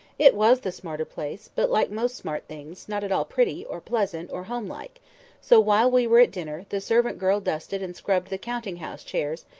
it was the smarter place, but, like most smart things, not at all pretty, or pleasant, or home-like so, while we were at dinner, the servant-girl dusted and scrubbed the counting-house chairs,